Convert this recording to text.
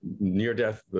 near-death